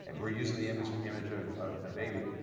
and we're using the image image of a baby,